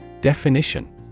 Definition